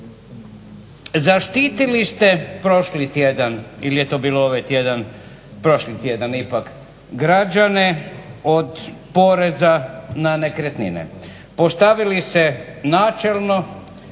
Zaštitili ste prošli tjedan ili je to bilo ovaj tjedan prošli tjedan ipak, građane od poreza na nekretnine. Postavili se načelno